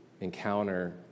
encounter